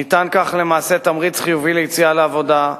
ניתן כך תמריץ חיובי ליציאה לעבודה.